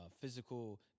physical